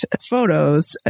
photos